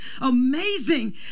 amazing